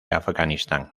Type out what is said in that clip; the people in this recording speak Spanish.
afganistán